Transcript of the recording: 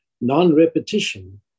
Non-repetition